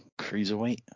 Cruiserweight